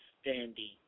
standing